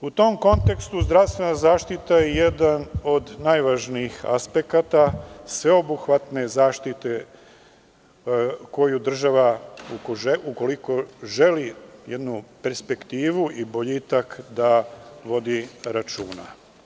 U tom kontekstu, zdravstvena zaštita je jedan od najvažnijih aspekata, sveobuhvatne zaštite koju država, ukoliko želi jednu perspektivu i boljitak da vodi računa.